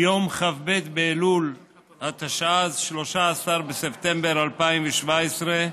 ביום כ"ב באלול התשע"ז, 13 בספטמבר 2017,